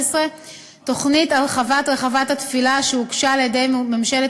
תוכנית הרחבת רחבת התפילה שהוגשה על-ידי ממשלת